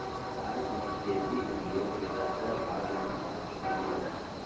भारत मे खेती उद्योग केँ सतरह भाग मे बाँटल गेल रहय